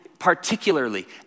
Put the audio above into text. particularly